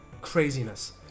craziness